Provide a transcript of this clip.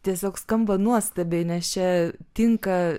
tiesiog skamba nuostabiai nes čia tinka